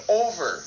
over